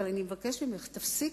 אבל אני מבקש ממך, תפסיקי,